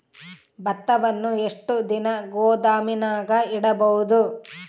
ಭತ್ತವನ್ನು ಎಷ್ಟು ದಿನ ಗೋದಾಮಿನಾಗ ಇಡಬಹುದು?